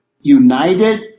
united